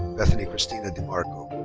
bethany christina dimarco.